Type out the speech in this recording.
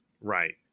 Right